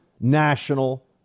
national